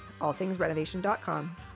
allthingsrenovation.com